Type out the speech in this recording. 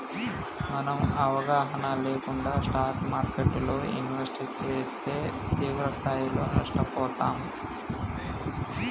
మనం అవగాహన లేకుండా స్టాక్ మార్కెట్టులో ఇన్వెస్ట్ చేస్తే తీవ్రస్థాయిలో నష్టపోతాం